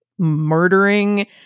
Murdering